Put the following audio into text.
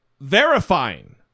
verifying